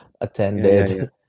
attended